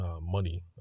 money